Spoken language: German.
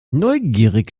neugierig